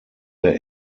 der